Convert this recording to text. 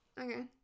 Okay